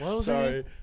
Sorry